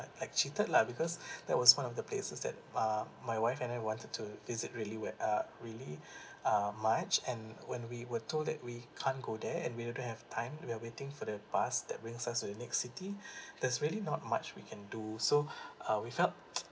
like like cheated lah because that was one of the places that uh my wife and I wanted to visit really well uh really uh much and when we were told that we can't go there and we although have time we are waiting for the bus that brings us to the next city there's really not much we can do so uh we felt